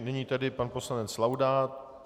Nyní tedy pan poslanec Laudát.